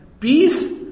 Peace